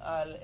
על